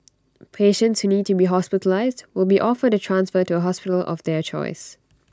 patients who need to be hospitalised will be offered A transfer to A hospital of their choice